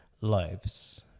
lives